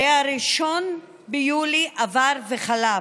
הרי 1 ביולי עבר וחלף,